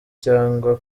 cyangwa